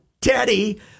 Teddy